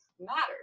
matters